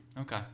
Okay